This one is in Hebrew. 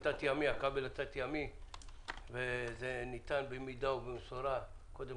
את הכבל התת-ימי והוא ניתן במידה ובמסורה קודם